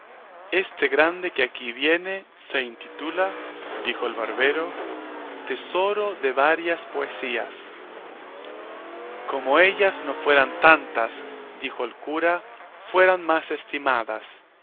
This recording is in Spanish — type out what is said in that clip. este grande que aquí viene se intitula dijo el barbero tesoro de varias poesías como ellas no fueran tantas dijo el cura fueran más estimadas